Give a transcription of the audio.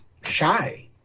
shy